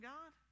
God